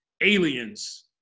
aliens